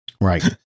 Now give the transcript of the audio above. Right